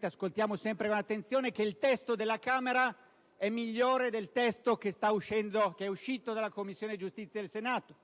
ascoltiamo sempre con attenzione, che il testo della Camera è migliore di quello uscito dalla Commissione giustizia del Senato.